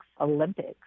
Olympics